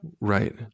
Right